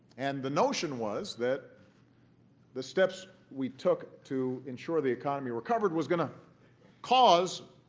and the notion was that the steps we took to ensure the economy recovered was going to cause